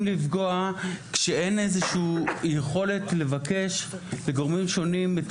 לפגוע כשאין איזושהי יכולת לבקש מגורמים שונים את